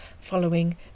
following